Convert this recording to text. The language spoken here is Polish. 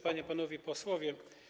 Panie i Panowie Posłowie!